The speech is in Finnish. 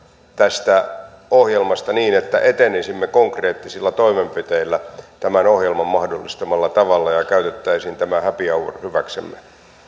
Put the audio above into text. tästä ohjelmasta niin että etenisimme konkreettisilla toimenpiteillä tämän ohjelman mahdollistamalla tavalla ja käyttäisimme tämän happy hourin hyväksemme